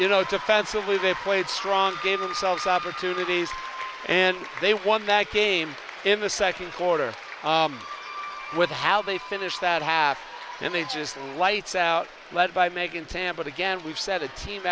you know defensively they played strong gave themselves opportunities and they won that game in the second quarter with how they finished that half and they just lights out that by making tam but again we've set a team